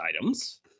items